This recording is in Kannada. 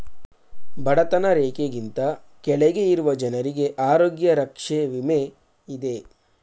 ಬಡತನ ರೇಖೆಗಿಂತ ಕೆಳಗೆ ಇರುವ ಜನರಿಗೆ ಆರೋಗ್ಯ ರಕ್ಷೆ ವಿಮೆ ಇದೆ